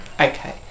Okay